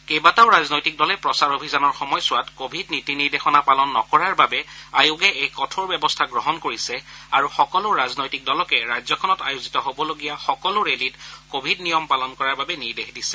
কেইবাটাও ৰাজনৈতিক দলে প্ৰচাৰ অভিযানৰ সময়ছোৱাত কোৱিড নীতি নিৰ্দেশনা পালন নকৰাৰ বাবে আয়োগে এই কঠোৰ ব্যৱস্থা গ্ৰহণ কৰিছে আৰু সকলো ৰাজনৈতিক দলকে ৰাজ্যখনত আয়োজিত হবলগীয়া সকলো ৰেলীত কোৱিড নিয়ম পালন কৰাৰ নিৰ্দেশ দিছে